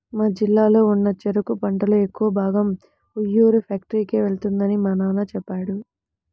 మా జిల్లాలో ఉన్న చెరుకు పంటలో ఎక్కువ భాగం ఉయ్యూరు ఫ్యాక్టరీకే వెళ్తుందని మా నాన్న చెప్పాడు